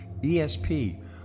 ESP